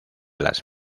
las